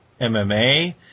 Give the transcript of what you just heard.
MMA